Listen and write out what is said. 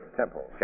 temple